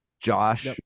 Josh